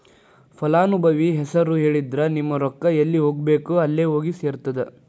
ಫಲಾನುಭವಿ ಹೆಸರು ಹೇಳಿದ್ರ ನಿಮ್ಮ ರೊಕ್ಕಾ ಎಲ್ಲಿ ಹೋಗಬೇಕ್ ಅಲ್ಲೆ ಹೋಗಿ ಸೆರ್ತದ